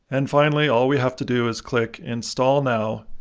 and finally, all we have to do is click install now,